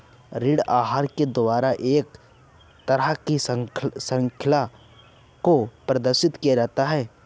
ऋण आहार के द्वारा एक तरह की शृंखला को प्रदर्शित किया जाता है